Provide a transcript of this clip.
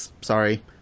Sorry